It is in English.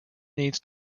needs